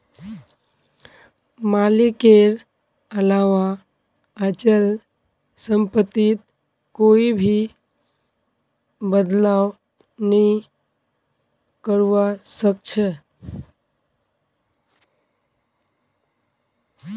मालिकेर अलावा अचल सम्पत्तित कोई भी बदलाव नइ करवा सख छ